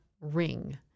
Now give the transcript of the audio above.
ring